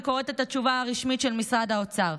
אני קוראת את התשובה הרשמית של משרד האוצר.